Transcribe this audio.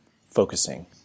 focusing